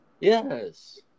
Yes